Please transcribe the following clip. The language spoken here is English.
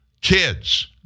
kids